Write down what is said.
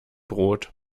brot